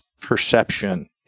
perception